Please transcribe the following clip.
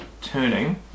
turning